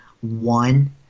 one –